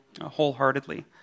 wholeheartedly